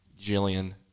Jillian